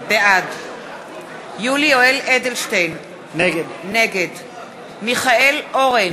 בעד יולי יואל אדלשטיין, נגד מיכאל אורן,